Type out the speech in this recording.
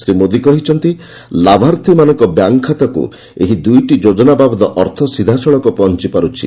ଶ୍ରୀ ମୋଦୀ କହିଛନ୍ତି' ଲାଭାର୍ଥୀମାନଙ୍କ ବ୍ୟାଙ୍କ ଖାତାକୁ ଏହି ଦୁଇଟି ଯୋଜନା ବାବଦ ଅର୍ଥ ସିଧାସଳଖ ପହଞ୍ଚପାରୁଛି